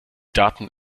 daten